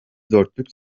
dörtlük